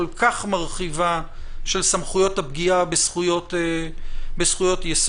כך מרחיבה של סמכויות הפגיעה בזכויות יסוד.